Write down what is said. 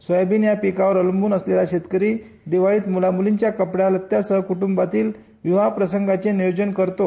soybean या पिकावर अवलंबून असलेला शेतकरी दिवाळीत म्ला म्लींच्या कपडेलते क्ट्ंबातील विवाह प्रसंगाचे नियोजन करतो